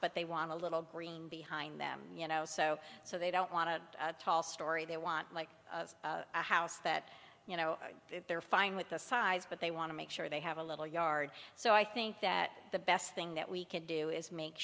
but they want a little green behind them you know so so they don't want to tall story they want like a house that you know they're fine with the size but they want to make sure they have a little yard so i think that the best thing that we could do is make